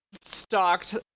stalked